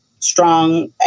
strong